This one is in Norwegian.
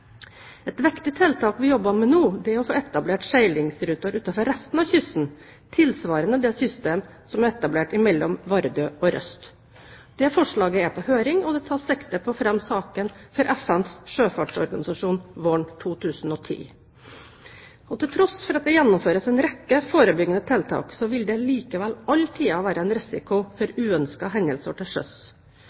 Et viktig tiltak vi jobber med nå, er å få etablert seilingsruter utenfor resten av kysten, tilsvarende det systemet som er etablert mellom Vardø og Røst. Forslaget er på høring, og det tas sikte på å fremme saken for FNs sjøfartsorganisasjon våren 2010. Til tross for at det gjennomføres en rekke forebyggende tiltak, vil det alltid være en risiko for uønskede hendelser til sjøs.